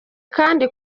kandi